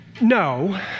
No